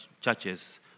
churches